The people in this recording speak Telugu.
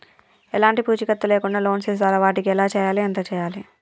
ఎలాంటి పూచీకత్తు లేకుండా లోన్స్ ఇస్తారా వాటికి ఎలా చేయాలి ఎంత చేయాలి?